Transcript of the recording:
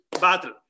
battle